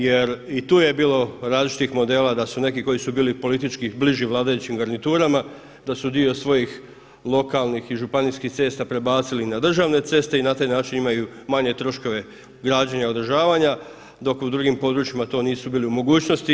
Jer i tu je bilo različitih modela da su neki koji su bili politički bliži vladajućim garniturama da su dio svojih lokalnih i županijskih cesta prebacili na državne ceste i na taj način imaju manje troškove građenja, održavanja dok u drugim područjima to nisu bili u mogućnosti.